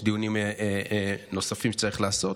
ושיש דיונים נוספים שצריך לעשות,